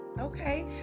Okay